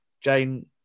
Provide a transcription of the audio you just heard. Jane